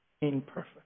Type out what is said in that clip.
Imperfect